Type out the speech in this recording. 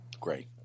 Great